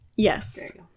yes